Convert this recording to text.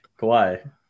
Kawhi